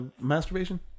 masturbation